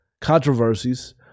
controversies